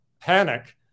PANIC